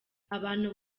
abantu